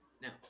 Now